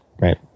right